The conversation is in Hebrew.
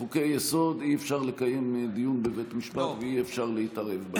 בחוקי-יסוד אי-אפשר לקיים דיון בבית משפט ואי-אפשר להתערב.